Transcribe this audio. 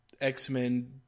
X-Men